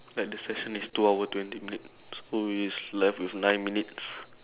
like the session is two hour twenty minute so it's left with nine minutes